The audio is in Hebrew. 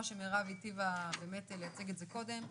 שמירב הטיבה באמת להציג את זה קודם,